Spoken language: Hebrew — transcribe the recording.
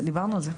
ביוני.